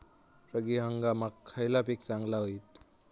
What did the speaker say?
रब्बी हंगामाक खयला पीक चांगला होईत?